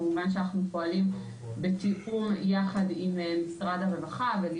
כמובן שאנחנו פועלים בתיאום עם משרד הרווחה וכל